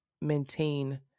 maintain